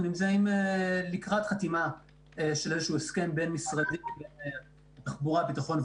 אנחנו נמצאים לקראת חתימה על הסכם בין-משרדי בין משרד הביטחון,